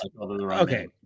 okay